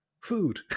Food